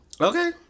Okay